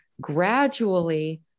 gradually